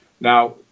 now